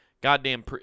goddamn